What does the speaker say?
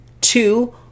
two